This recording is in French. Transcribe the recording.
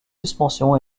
suspension